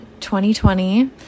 2020